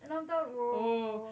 enam tahun !whoa!